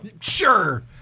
Sure